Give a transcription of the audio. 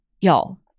Y'all